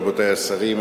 רבותי השרים,